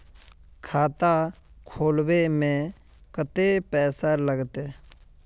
खाता खोलबे में कते पैसा लगते?